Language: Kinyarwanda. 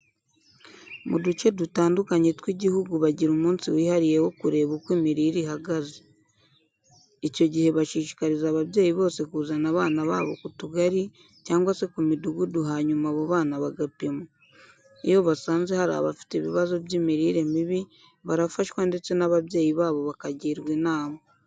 Mu duce dutandukanye tw'Igihugu bagira umunsi wihariye wo kureba uko imirire ihagaze. Icyo gihe bashishikariza ababyeyi bose kuzana abana babo ku tugari cyangwa se ku midugudu hanyuma abo bana bagapimwa. Iyo basanze hari abafite ibibazo by'imirire mibi, barafashwa ndetse n'ababyeyi babo bakagirwa inama.